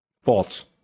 False